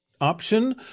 option